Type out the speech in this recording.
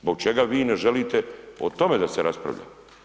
Zbog čega vi ne želite o tome da se raspravlja?